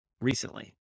recently